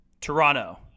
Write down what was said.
Toronto